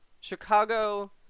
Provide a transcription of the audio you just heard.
Chicago